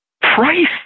price